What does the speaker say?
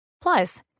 Plus